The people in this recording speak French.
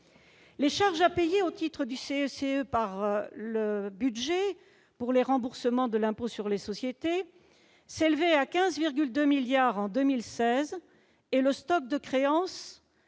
Les charges à payer au titre du CICE par le budget pour les remboursements de l'impôt sur les sociétés s'élevaient à 15,2 milliards d'euros en 2016, et le stock de créances